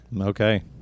Okay